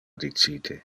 dicite